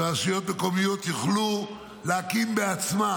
שרשויות מקומיות יוכלו להקים בעצמן,